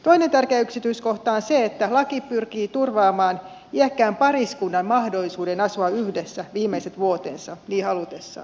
toinen tärkeä yksityiskohta on se että laki pyrkii turvaamaan iäkkään pariskunnan mahdollisuuden asua yhdessä viimeiset vuotensa niin halutessaan